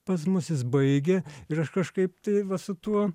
pas mus jis baigė ir aš kažkaip tai va su tuo